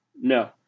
No